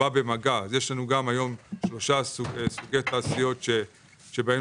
יש לנו היום שלושה סוגי תעשיות שבהם